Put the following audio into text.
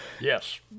Yes